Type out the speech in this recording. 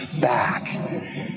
back